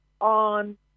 on